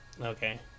okay